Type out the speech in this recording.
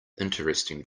interesting